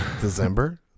December